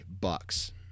bucks